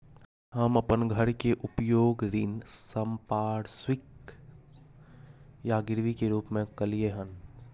हम अपन घर के उपयोग ऋण संपार्श्विक या गिरवी के रूप में कलियै हन